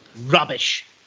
Rubbish